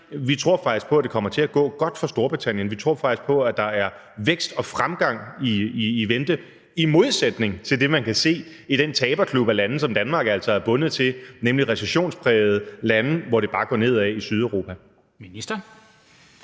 at de faktisk tror på, at det kommer til at gå godt for Storbritannien, og at de tror på, at der er vækst og fremgang i vente, i modsætning til det, som man kan se i den taberklub af lande, som Danmark altså er bundet til, nemlig recessionsprægede lande, hvor det bare går nedad, i Sydeuropa? Kl.